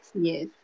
Yes